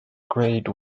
grade